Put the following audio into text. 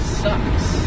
sucks